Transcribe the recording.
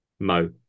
Mo